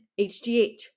hgh